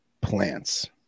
plants